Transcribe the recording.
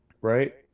right